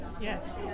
Yes